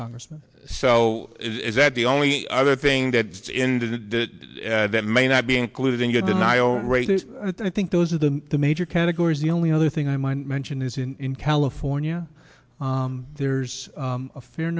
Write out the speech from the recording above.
congressman so it is that the only other thing that that may not be included in your denial rate and i think those are the the major categories the only other thing i might mention is in california there's a fair